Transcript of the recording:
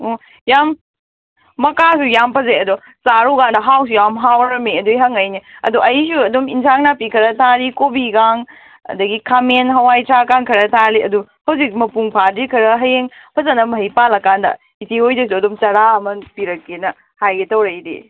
ꯑꯣ ꯌꯥꯝ ꯃꯀꯥꯁꯨ ꯌꯥꯝ ꯐꯖꯩ ꯑꯗꯣ ꯆꯥꯔꯨꯀꯥꯟꯗ ꯍꯥꯎꯁꯨ ꯌꯥꯝ ꯍꯥꯎꯔꯝꯃꯦ ꯑꯗꯨꯏ ꯍꯪꯉꯛꯏꯅꯦ ꯑꯗꯨ ꯑꯩꯁꯨ ꯑꯗꯨꯝ ꯏꯟꯖꯥꯡ ꯅꯥꯄꯤ ꯈꯔ ꯊꯥꯔꯤ ꯀꯣꯕꯤ ꯒꯥꯡ ꯑꯗꯒꯤ ꯈꯥꯃꯦꯟ ꯍꯋꯥꯏ ꯊꯔꯥꯛ ꯀꯥꯡ ꯈꯔ ꯊꯥꯔꯤ ꯑꯗꯨ ꯍꯧꯖꯤꯛ ꯃꯄꯨꯡ ꯐꯥꯗ꯭ꯔꯤ ꯈꯔ ꯍꯌꯦꯡ ꯐꯖꯅ ꯃꯍꯩ ꯄꯥꯜꯂꯀꯥꯟꯗ ꯏꯆꯦ ꯍꯣꯏꯗꯁꯨ ꯑꯗꯨꯝ ꯆꯔꯥ ꯑꯃ ꯄꯤꯔꯛꯀꯦꯅ ꯍꯥꯏꯒꯦ ꯇꯧꯔꯛꯏꯅꯦ